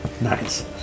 Nice